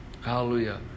hallelujah